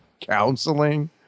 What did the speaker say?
counseling